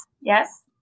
Yes